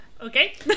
Okay